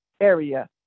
area